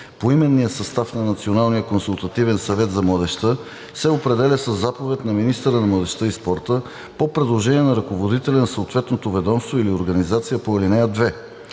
Поименният състав на Националния консултативен съвет за младежта се определя със заповед на министъра на младежта и спорта по предложение на ръководителя на съответното ведомство или организация по ал. 2.